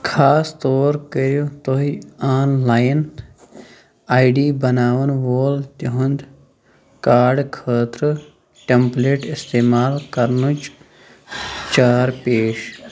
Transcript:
خاص طور کٔرِو تُہۍ آن لایِن آے ڈی بناوَن وول تُہُنٛد کارڈٕ خٲطرٕ ٹیٚمپلیٹ اِستعمال کرنٕچ چار پیش